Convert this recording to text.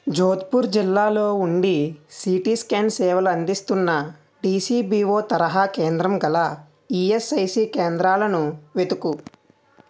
జోధ్పూర్ జిల్లాలో ఉండి CT scan సేవలు అందిస్తున్న డీసీబీఓ తరహా కేంద్రం గల ఈఎస్ఐసీ కేంద్రాలను వెతుకు